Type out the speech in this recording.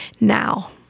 now